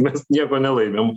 mes nieko nelaimim